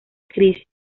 chris